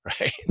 Right